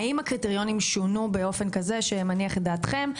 האם הקריטריונים שונו באופן כזה שמניח את דעתכם?